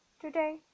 today